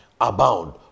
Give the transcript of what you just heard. abound